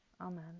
Amen